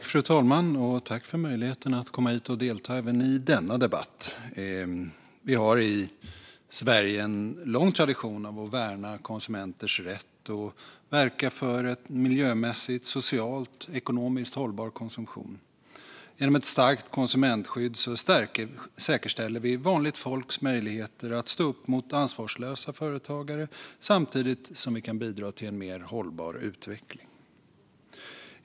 Fru talman! Tack för möjligheten att komma hit och delta även i denna debatt! Vi har i Sverige en lång tradition av att värna konsumenters rätt och verka för miljömässigt, socialt och ekonomiskt hållbar konsumtion. Genom ett starkt konsumentskydd säkerställer vi vanligt folks möjligheter att stå upp mot ansvarslösa företagare samtidigt som vi kan bidra till en mer hållbar utveckling.